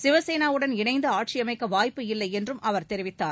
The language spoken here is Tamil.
சிவசேனாவுடன் இணைந்து ஆட்சி அமைக்க வாய்ப்பு இல்லை என்றம் அவர் தெரிவித்தார்